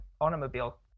automobile